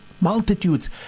multitudes